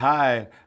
Hi